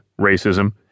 racism